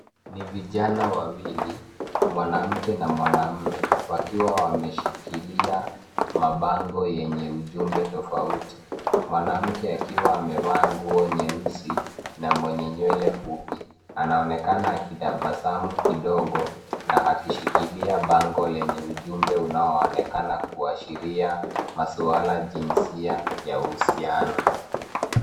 Ni vijana wawili, mwanamke na mwanaume wakiwa ameshikilia mabango yenye ujumbe tofauti. Mwanamke akiwa amevaa nguo nyeusi na mwenye nywele fupi. Anaonekana akitabasamu kidogo na akishikilia bango lenye ujumbe unaonekana kuashiria maswala jinsia ya uhusiano.